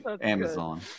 Amazon